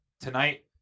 tonight